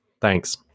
Thanks